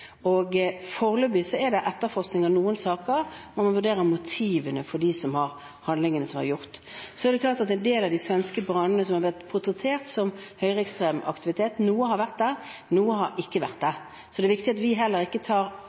og foreløpig er det etterforskning av noen saker hvor man vurderer motivene for de handlingene som er gjort. En del av de svenske brannene har vært portrettert som høyreekstrem aktivitet. Noen har vært det, noen har ikke vært det. Så det er viktig at vi ikke tar